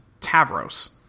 Tavros